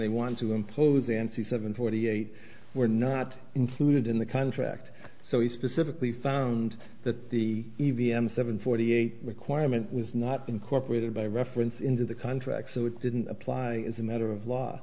they want to impose and see seven forty eight were not included in the contract so he specifically found that the e v f seven forty eight requirement was not incorporated by reference into the contract so it didn't apply as a matter of law